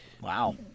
Wow